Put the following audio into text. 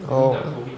oh